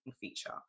feature